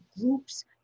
groups